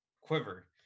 quiver